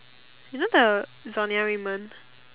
you know the zonia-Raymond